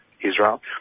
Israel